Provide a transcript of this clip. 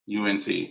UNC